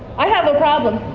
i have a problem,